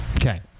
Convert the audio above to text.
okay